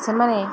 ସେମାନେ